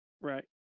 Right